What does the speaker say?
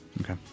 Okay